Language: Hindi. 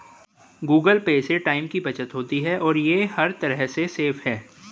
गूगल पे से टाइम की बचत होती है और ये हर तरह से सेफ है